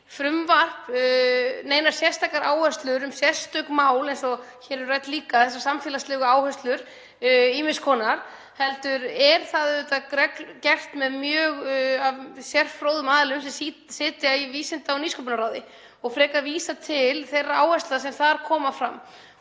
frumvarp neinar áherslur um sérstök mál eins og hér eru rædd líka, þessar samfélagslegu áherslur ýmiss konar, heldur er það gert af sérfróðum aðilum sem sitja í Vísinda- og nýsköpunarráði og frekar vísað til þeirra áherslna sem þar koma fram.